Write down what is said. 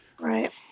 Right